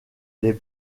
les